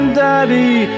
daddy